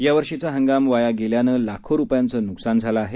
यावर्षीचा हंगाम वाया गेल्यानं लाखो रुपयांचं नुकसान झालं आहे